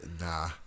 Nah